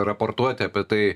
raportuoti apie tai